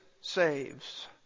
saves